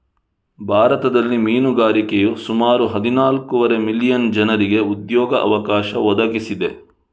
ಭಾರತದಲ್ಲಿ ಮೀನುಗಾರಿಕೆಯು ಸುಮಾರು ಹದಿನಾಲ್ಕೂವರೆ ಮಿಲಿಯನ್ ಜನರಿಗೆ ಉದ್ಯೋಗ ಅವಕಾಶ ಒದಗಿಸಿದೆ